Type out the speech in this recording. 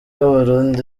abarundi